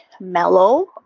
mellow